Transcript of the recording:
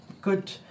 good